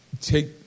take